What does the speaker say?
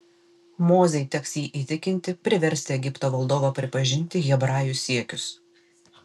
mozei teks jį įtikinti priversti egipto valdovą pripažinti hebrajų siekius